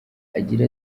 agira